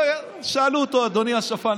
שאלו אותו: אדוני השפן,